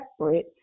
separate